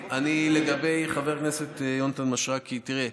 שר החינוך יואב קיש: לגבי חבר הכנסת מישרקי, תראה,